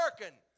working